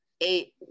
eight